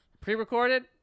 pre-recorded